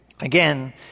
again